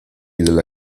della